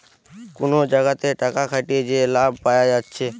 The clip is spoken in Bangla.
কুনো জাগাতে টাকা খাটিয়ে যে লাভ পায়া যাচ্ছে